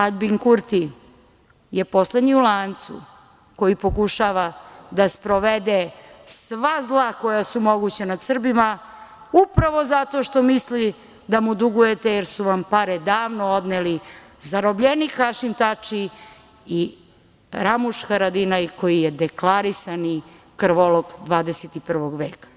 Aljbin Kurti je poslednji u lancu koji pokušava da sprovede sva zla koja su moguća nad Srbima upravo zato što misli da mu dugujete jer su vam pare davno odneli zarobljenik Hašim Tači i Ramuš Haradinaj koji je deklarisani krvolok 21. veka.